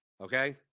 Okay